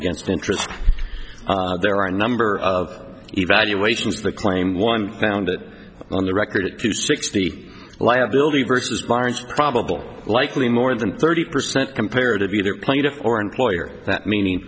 against interest there are a number of evaluations that claim one found it on the record sixty liability versus virus probable likely more than thirty percent comparative either or employer that meaning